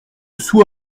sous